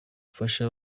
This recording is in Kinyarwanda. bufasha